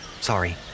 sorry